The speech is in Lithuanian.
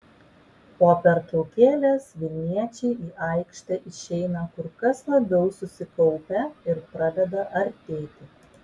po pertraukėlės vilniečiai į aikštę išeina kur kas labiau susikaupę ir pradeda artėti